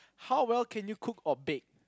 how well can you cook or bake